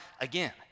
again